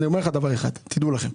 אני אומר לך דבר אחד, תדעו לכם,